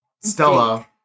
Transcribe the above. Stella